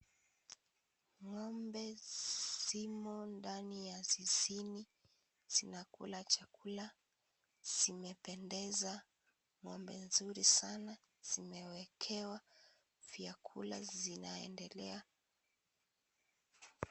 Ngombe zimo ndani ya zizini zinakula chakula ,zimependeza ngombe nzuri sana zimewekwa vyakula zinaendelea .